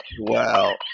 Wow